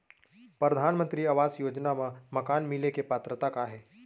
परधानमंतरी आवास योजना मा मकान मिले के पात्रता का हे?